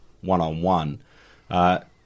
one-on-one